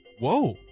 Whoa